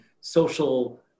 social